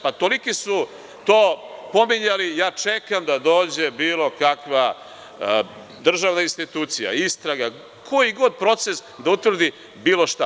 Pa toliki su to pominjali, ja čekam da dođe bilo kakva državna institucija, istraga, koji god proces, da utvrdi bilo šta.